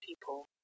people